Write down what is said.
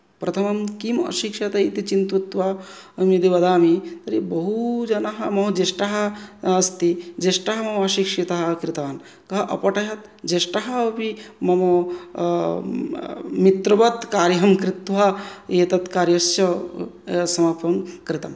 प्रथमं किं अशिक्षत् इति चिन्तयित्वा अहं यदि वदामि तर्हि बहुजनाः मम ज्येष्ठाः अस्ति ज्येष्ठाः मम अशिक्षिताः कृतवान् कः अपठयत् ज्येष्ठाः अपि मम मित्रवत् कार्यं कृत्वा एतत् कार्यस्य समापनं कृतम्